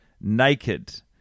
naked